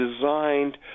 designed